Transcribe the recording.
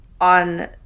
On